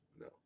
No